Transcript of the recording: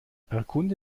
erkunde